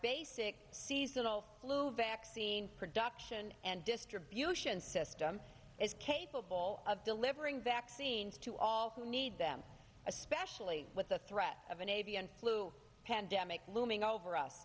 basic seasonal flu vaccine production and distribution system is capable of delivering vaccines to all who need them especially with the threat of an avian flu pandemic looming over us